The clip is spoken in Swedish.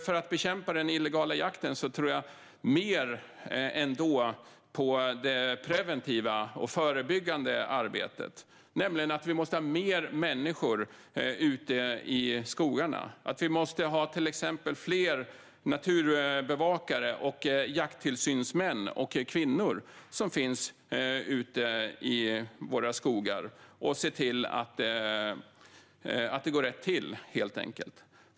För att bekämpa den illegala jakten tror jag dock mer på det preventiva och förebyggande arbetet, nämligen att vi måste ha fler människor ute i skogarna. Vi måste till exempel ha fler naturbevakare, jakttillsynsmän och jakttillsynskvinnor som finns ute i våra skogar och ser till att det går rätt till.